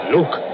Look